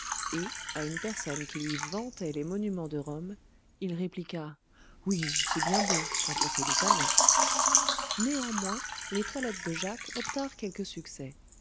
et à une personne qui lui vantait les monuments de rome il répliqua oui c'est bien beau quand on sait l'italien néanmoins les toilettes de jacques obtinrent quelques succès